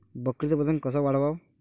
बकरीचं वजन कस वाढवाव?